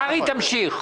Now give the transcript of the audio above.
קרעי, תמשיך.